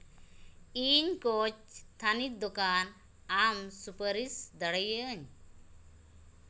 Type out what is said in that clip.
ᱤᱧ ᱠᱳᱪ ᱛᱷᱟᱹᱱᱤᱛ ᱫᱚᱠᱟᱱ ᱟᱢ ᱥᱩᱯᱟᱨᱤᱥ ᱫᱟᱲᱮᱭᱟᱹᱜᱼᱟᱹᱧ